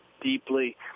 deeply